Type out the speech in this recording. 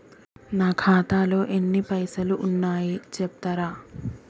నా ఖాతాలో ఎన్ని పైసలు ఉన్నాయి చెప్తరా?